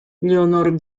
leonor